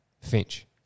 Finch